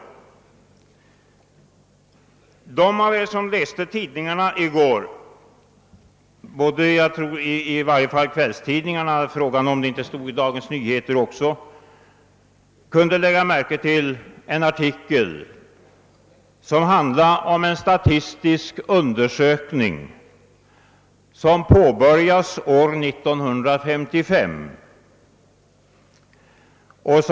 De av er som läste kvällstidningarna i går — jag undrar om det inte stod att läsa i Dagens Nyheter också — kunde lägga märke till en artikel om en statistisk undersökning som påbörjades år 1955.